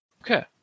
Okay